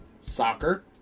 soccer